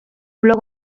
blog